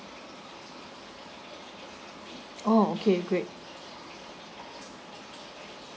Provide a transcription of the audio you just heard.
oh okay great